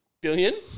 Billion